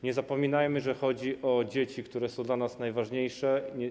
Nie zapominajmy, że chodzi o dzieci, które są dla nas najważniejsze.